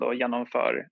genomför